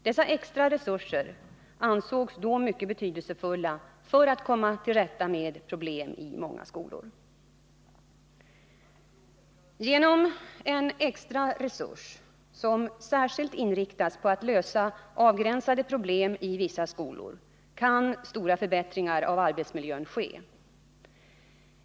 Dessa extra resurser ansågs då mycket betydelsefulla för att komma till rätta med problemen i många skolor. Genom en extra resurs som särskilt inriktas på att lösa avgränsade problem i vissa skolor kan stora förbättringar av arbetsmiljön ske.